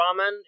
Ramen